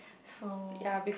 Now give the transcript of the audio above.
so